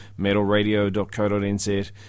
metalradio.co.nz